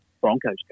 Broncos